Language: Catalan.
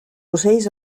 ocells